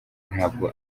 ntabwo